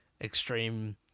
extreme